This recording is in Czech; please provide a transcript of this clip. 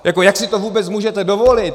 Jako jak si to vůbec můžete dovolit?